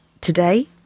today